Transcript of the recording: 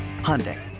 Hyundai